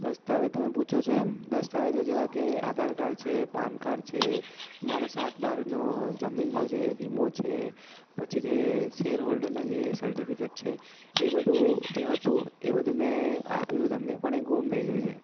દસ્તાવેજ તમે પૂછો છો એમ દસ્તાવેજો જેવા કે આધાર કાર્ડ છે પાન કાર્ડ છે મારા સાત બારનો જમીનનો જે વીમો છે પછી જે સેર હોલ્ડરના જે સર્ટિફિકેટ છે એ બધું જે હતું એ બધું મેં આપ્યું હતું તમને પણ એ ગુમ થઈ ગયું છે